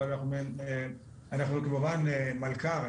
אבל אנחנו כמובן מלכ"ר,